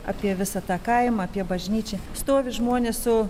apie visą tą kaimą apie bažnyčią stovi žmonės su